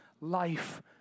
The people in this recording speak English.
life